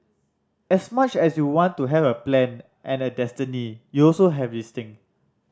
as much as you want to have a plan and a destiny you also have this thing